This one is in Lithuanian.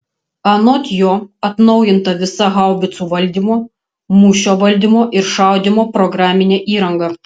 anot jo atnaujinta visa haubicų valdymo mūšio valdymo ir šaudymo programinė įranga